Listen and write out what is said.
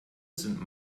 sind